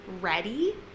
ready